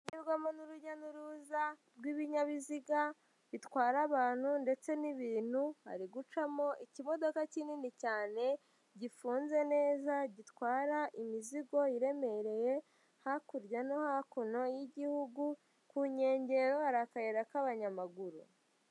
Ishyirwamo n'urujya n'uruza rw'ibinyabiziga bitwara abantu ndetse n'ibintu, hari gucamo ikibodoka kinini cyane gifunze neza, gitwara imizigo iremereye, hakurya no hakuno y'igihugu, ku nkengerora hari akayira k'abanyamaguru.